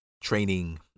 training